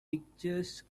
pictures